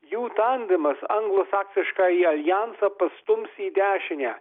jų tandemas anglosaksiškąjį aljansą pastums į dešinę